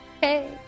hey